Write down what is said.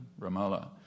Ramallah